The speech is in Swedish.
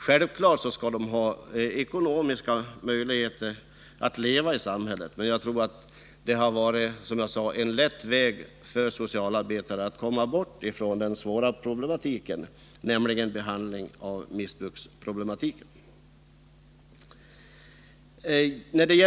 Självklart skall de ha ekonomiska möjligheter att leva i samhället, men dessa bidrag har, som jag sade, varit ett enkelt sätt för socialarbetarna att komma ifrån det egentliga problemet, nämligen dessa människors missbruk.